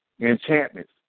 enchantments